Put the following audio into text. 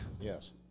Yes